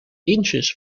inches